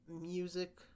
music